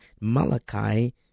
Malachi